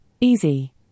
easy